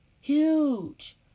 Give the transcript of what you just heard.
Huge